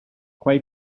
clay